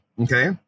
okay